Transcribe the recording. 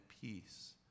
peace